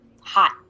hot